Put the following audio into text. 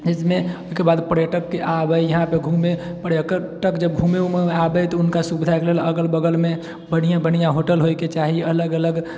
एहिमे ओहिके बाद पर्यटकके आबै इहाँपर घुमै पर्यटक जब घुमै उमैके लेल आबै तऽ हुनका सुविधाके लेल अगल बगलमे बढ़िआँ बढ़िआँ होटल होइके चाही अलग अलग